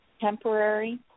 temporary